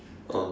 oh